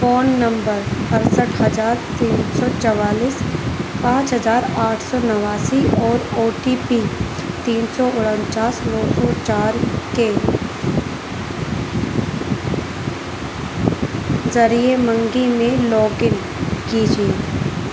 phone number اڑسٹھ ہزار تین سو چوالیس پانچ ہزار آٹھ سو نواسی اور او ٹی پی تین سو انچاس نو سو چار کے ذریعے منگی میں لاگ ان کیجیے